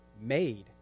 made